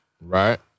right